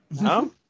No